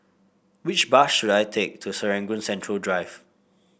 which bus should I take to Serangoon Central Drive